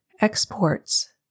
Exports